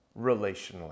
relationally